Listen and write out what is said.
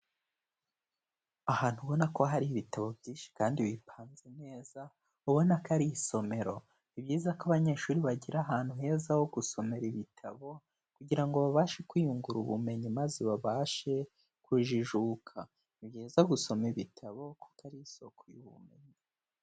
Ahantu ubona ko hari ibitabo byinshi kandi bipanze neza ubona ko ari isomero, ni byiza ko abanyeshuri bagira ahantu heza ho gusomera ibitabo kugira ngo babashe kwiyungura ubumenyi maze babashe kujijuka, ni byiza gusoma ibitabo kuko ari isoko y'ubumenyi.